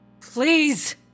please